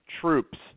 troops